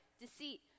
deceit